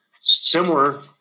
similar